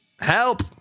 help